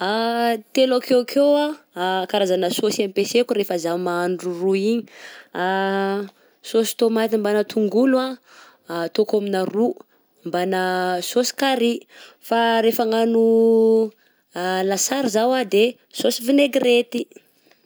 Telo akekeo karazana saosy ampesaiko refa za mahadro ro igny, saosy tomate mbana tongolo, ataoko amina ro mbana saosy carry, fa refa agnano lasary zaho de saosy vinaigrety.